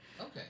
Okay